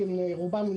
כי הן רובן עם